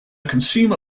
consumer